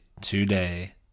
today